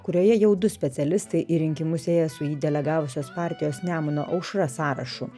kurioje jau du specialistai į rinkimus ėję su jį delegavusios partijos nemuno aušra sąrašu